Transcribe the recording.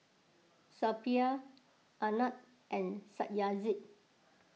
Suppiah Anand and Satyajit